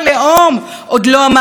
עוד לא ישב לדון,